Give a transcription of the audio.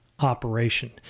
operation